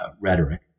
rhetoric